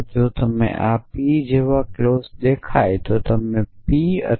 જો તમને આ P જેવા ક્લોઝ દેખાય છે તો તમે P અથવા